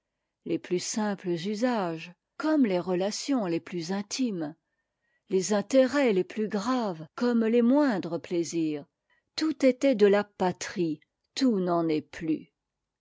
les plus simples usages comme tes relations les plus intimes les intérêts les plus graves comme les moindres plaisirs tout était de la patrie tout n'en est plus